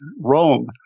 Rome